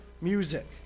music